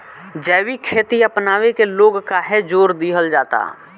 जैविक खेती अपनावे के लोग काहे जोड़ दिहल जाता?